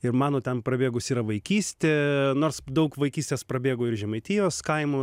ir mano ten prabėgus yra vaikystė nors daug vaikystės prabėgo ir žemaitijos kaimo